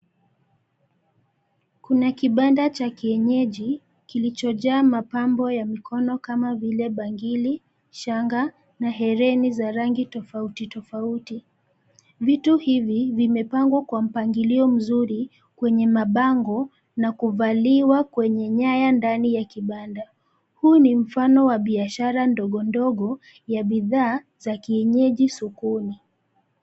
Kuna kibanda cha kienyeji, kilichojaa mapambo ya mikono kama vile bangili, shanga na hereni za rangi tofauti tofauti. Vitu hivi vimepangwa kwa mpangilio mzuri kwenye mabango na kuvaliwa kwenye nyaya ndani ya kibanda. Huu ni mfano wa biashara ndogondogo ya bidhaa za kienyeji sokoni.